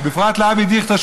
ובפרט לאבי דיכטר,